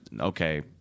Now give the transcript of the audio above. okay